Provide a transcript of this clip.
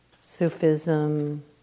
Sufism